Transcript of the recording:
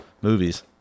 movies